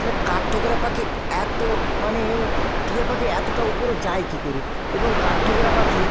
তালে কাঠঠোকরা পাখি এত মানে টিয়া পাখি এতটা ওপরে যায় কী করে এবং কাঠঠোকরা পাখি